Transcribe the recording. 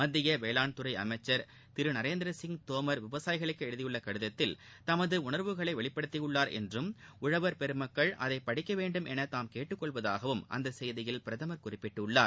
மத்திய வேளாண்துறை அமைச்சர் திரு நரேந்திர சிங் தோமர் விவசாயிகளுக்கு எழுதியுள்ள கடிதத்தில் தமது உணர்வுகளை வெளிப்படுத்தியுள்ளார் என்றும் உழவர் பெருமக்கள் அதை படிக்க வேண்டும் என தாம் கேட்டுக்கொள்வதாகவும் அந்த செய்தியில் அவர் குறிப்பிட்டுள்ளார்